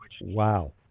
Wow